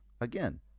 again